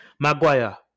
Maguire